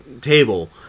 table